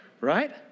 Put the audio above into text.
right